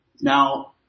Now